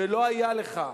ולא היה לך,